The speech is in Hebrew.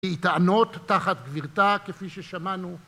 להתענות תחת גבירתה, כפי ששמענו.